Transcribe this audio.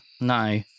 No